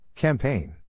Campaign